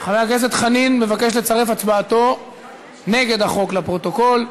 הכנסת חנין מבקש לצרף הצבעתו נגד החוק לפרוטוקול.